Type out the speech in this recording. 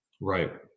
right